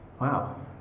wow